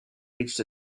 reached